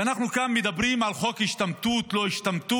ואנחנו כאן מדברים על חוק השתמטות, לא השתמטות.